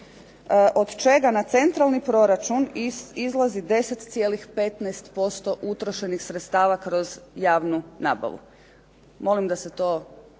od čega na centralni proračuna izlazi 10,15% utrošenih sredstava za javnu nabavu. Molim da se to